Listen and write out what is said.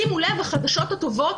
שימו לב, החדשות הטובות